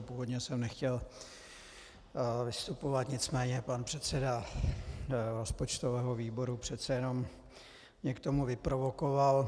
Původně jsem nechtěl vystupovat, nicméně pan předseda rozpočtového výboru mě k tomu přece jenom vyprovokoval.